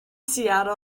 seattle